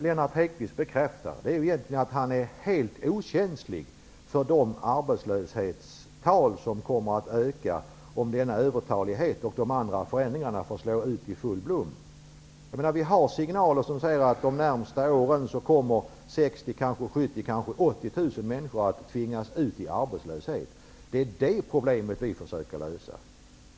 Lennart Hedquist nu bekräftar är att han egentligen är helt okänslig för de arbetslöshetstal som kommer att öka om denna övertalighet och de andra förändringarna får slå ut i full blom. Det finns signaler som säger att 60 000--80 000 människor under de närmaste åren kommer att tvingas ut i arbetslöshet. Det är det problemet vi försöker lösa.